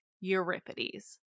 Euripides